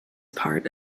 part